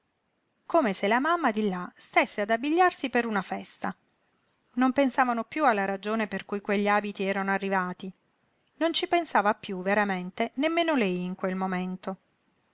come se la mamma di là stésse ad abbigliarsi per una festa non pensavano piú alla ragione per cui quegli abiti erano arrivati non ci pensava piú veramente nemmeno lei in quel momento